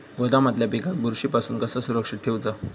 गोदामातल्या पिकाक बुरशी पासून कसा सुरक्षित ठेऊचा?